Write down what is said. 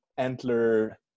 antler